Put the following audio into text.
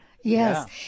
Yes